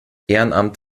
ehrenamt